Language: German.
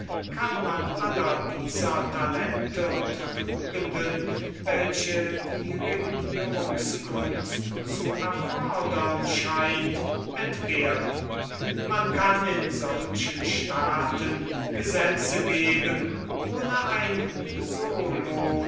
braucht man alle diese talente und tugenden nicht welche die regierungskunst zu erfodern scheint man kann in solchen staaten gesetze geben ohne ein